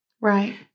Right